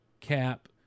Cap